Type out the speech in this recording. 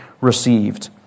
received